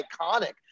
iconic